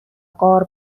غار